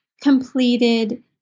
completed